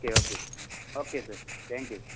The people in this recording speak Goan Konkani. okay okay okay sir thank you okay okay